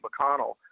McConnell